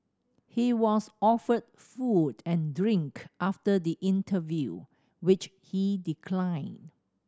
he was offered food and drink after the interview which he declined